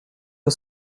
que